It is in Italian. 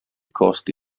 costi